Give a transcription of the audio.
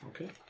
Okay